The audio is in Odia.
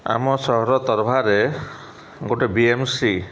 ଆମ ସହର ତରଭାରେ ଗୋଟେ ବି ଏମ୍ ସି